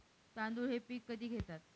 तांदूळ हे पीक कधी घेतात?